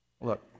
Look